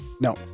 No